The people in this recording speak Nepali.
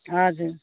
हजुर